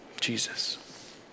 Jesus